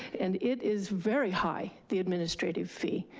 and it is very high, the administrative fee.